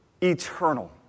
eternal